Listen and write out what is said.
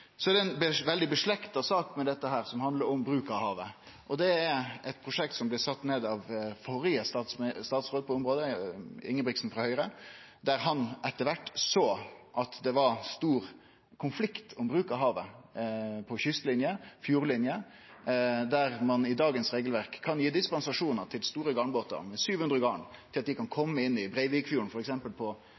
Så er det ei sak som er veldig lik denne, som handlar om bruk av havet. Det gjeld eit prosjekt som blei sett ned av den førre statsråden på området, Ingebrigtsen frå Høgre, der han etter kvart såg at det var stor konflikt om bruk av havet på kystlinja og fjordlinjene. Der kan ein med dagens regelverk gi dispensasjon til store garnbåtar med 700 garn, slik at dei kan kome inn i f.eks. Breivikfjorden på